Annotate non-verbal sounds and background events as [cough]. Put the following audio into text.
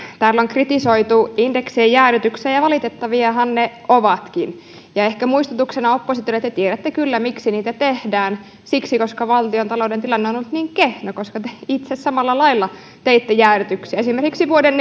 täällä on kritisoitu indeksien jäädytyksiä ja ja valitettaviahan ne ovatkin ja ehkä muistutuksena oppositiolle te tiedätte kyllä miksi niitä tehdään siksi koska valtiontalouden tilanne on ollut niin kehno koska te itse samalla lailla teitte jäädytyksiä esimerkiksi vuoden [unintelligible]